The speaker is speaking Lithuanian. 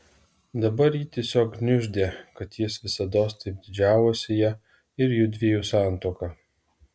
dabar jį tiesiog gniuždė kad jis visados taip didžiavosi ja ir jųdviejų santuoka